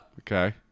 Okay